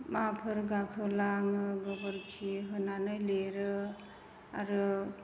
माफोर गाखोला आङो गोबोरखि होनानै लिरो आरो